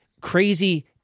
crazy